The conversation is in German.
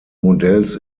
modells